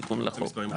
תסתכל עליי.